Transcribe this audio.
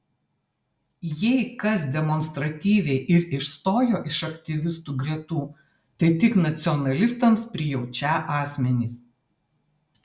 jei kas demonstratyviai ir išstojo iš aktyvistų gretų tai tik nacionalistams prijaučią asmenys